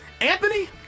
Anthony